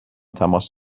تماس